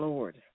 Lord